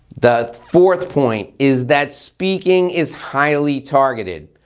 the fourth point is that speaking is highly targeted.